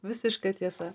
visiška tiesa